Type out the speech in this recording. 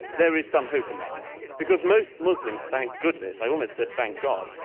there is some hope in that one, because most muslims, thank goodness i almost said thank god,